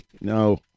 No